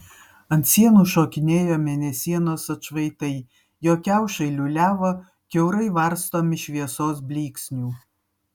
ant sienų šokinėjo mėnesienos atšvaitai jo kiaušai liūliavo kiaurai varstomi šviesos blyksnių